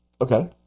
Okay